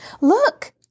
Look